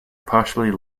partially